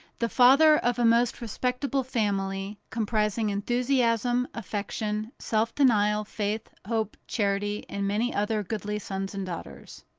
the father of a most respectable family, comprising enthusiasm, affection, self-denial, faith, hope, charity and many other goodly sons and daughters.